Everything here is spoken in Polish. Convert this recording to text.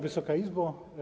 Wysoka Izbo!